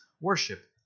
worship